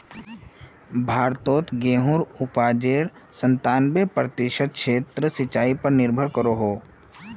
भारतोत गेहुंर उपाजेर संतानबे प्रतिशत क्षेत्र सिंचाई पर निर्भर करोह